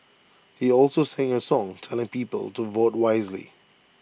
he also sang A song telling people to vote wisely